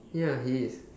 ya he is